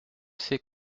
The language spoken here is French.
c’est